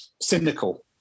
cynical